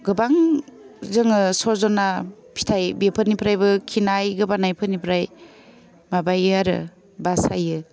गोबां जोङो सजना फिथाइ बेफोरनिफ्रायबो खिनाय गोबानायफोरनिफ्राय माबायो आरो बासायो